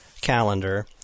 calendar